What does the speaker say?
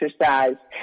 exercise